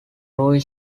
rue